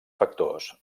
factors